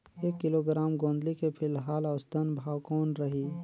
एक किलोग्राम गोंदली के फिलहाल औसतन भाव कौन रही?